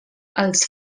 els